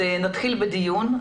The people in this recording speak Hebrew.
נתחיל בדיון.